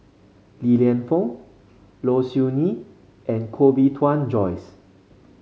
Li Lienfung Low Siew Nghee and Koh Bee Tuan Joyce